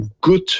good